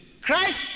christ